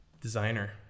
designer